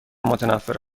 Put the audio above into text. متنفر